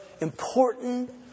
important